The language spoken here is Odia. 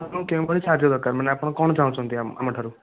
ଆପଣଙ୍କୁ କେଉଁଭଳି ସାହାଯ୍ୟ ଦରକାର ମାନେ ଆପଣ କ'ଣ ଚାହୁଁଛନ୍ତି ଆମ ଆମଠାରୁ